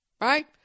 Right